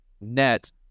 net